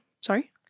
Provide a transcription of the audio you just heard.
Sorry